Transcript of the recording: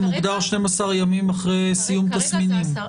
זה מוגדר 12 ימים אחרי סיום תסמינים.